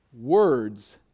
Words